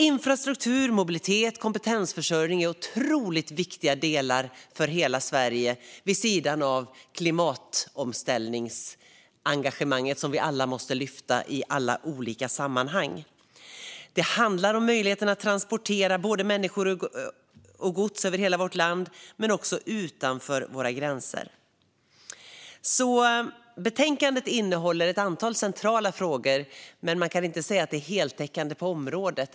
Infrastruktur, mobilitet och kompetensförsörjning är otroligt viktiga delar för hela Sverige, vid sidan av det klimatomställningsengagemang vi alla måste lyfta i alla olika sammanhang. Det handlar om möjligheten att transportera både människor och gods inte bara över hela vårt land utan också utanför våra gränser. I betänkandet behandlas ett antal centrala frågor, men man kan inte säga att det är heltäckande på området.